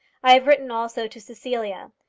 i have written also to cecilia.